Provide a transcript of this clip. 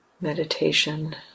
meditation